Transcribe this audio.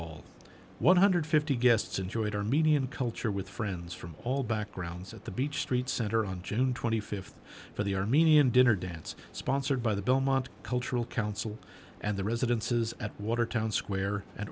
all one hundred and fifty dollars guests enjoyed armenian culture with friends from all backgrounds at the beach street center on june th for the armenian dinner dance sponsored by the belmont cultural council and the residences at watertown square and